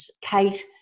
Kate